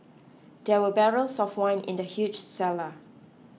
there were barrels of wine in the huge cellar